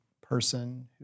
person